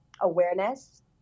awareness